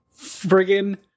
friggin